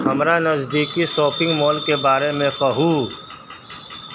हमरा नजदीकी शॉपिंग मॉलके बारेमे कहू